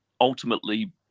ultimately